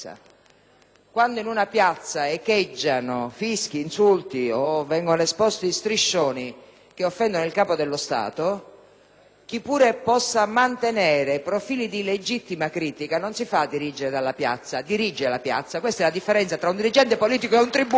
Quando in una piazza echeggiano fischi, insulti o vengono esposti striscioni che offendono il Capo dello Stato, chi pure possa mantenere profili di legittima critica non si fa dirigere dalla piazza, ma dirige la piazza: questa è la differenza tra un dirigente politico e un tribuno!